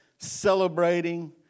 celebrating